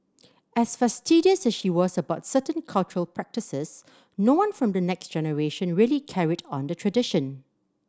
as fastidious as she was about certain cultural practices no one from the next generation really carried on the tradition